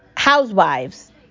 housewives